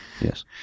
yes